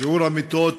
שיעור המיטות